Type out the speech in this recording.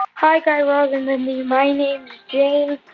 ah hi, guy raz and mindy. my name's jane.